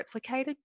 replicated